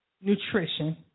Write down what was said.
nutrition